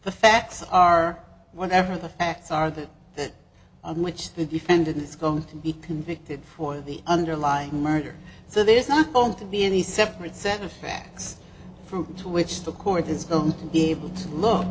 the facts are whatever the facts are that that on which the defendant is going to be convicted for the underlying murder so there's not going to be any separate set of facts for you to which the court is going to be able to look